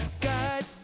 God